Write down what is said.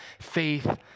faith